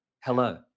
hello